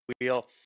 wheel